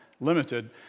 limited